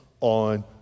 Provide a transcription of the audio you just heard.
on